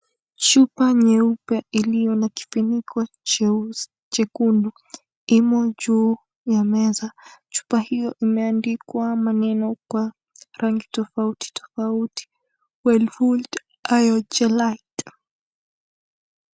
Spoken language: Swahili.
Chupa nyeupe iliyo na kifuniko chekundu imo juu ya meza. Chupa hiyo imeandikwa maneno kwa rangi tofauti tofauti: Wellvita Iron Chelate .